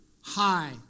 high